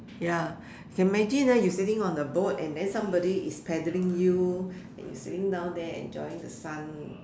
ya can imagine ah you sitting on the boat and then somebody is paddling you and you sitting down there enjoying the sun